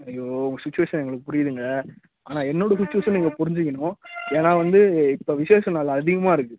அய்யோ உங்கள் சுச்சிவேஷன் எங்களுக்கு புரியுதுங்க ஆனால் என்னோடய சுச்சிவேஷன் நீங்கள் புரிஞ்சுக்கணும் ஏன்னால் வந்து இப்போ விசேஷ நாள் அதிகமாக இருக்குது